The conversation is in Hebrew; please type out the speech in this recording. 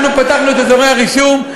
אנחנו פתחנו את אזורי הרישום,